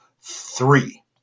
three